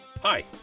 Hi